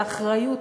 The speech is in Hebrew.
באחריות,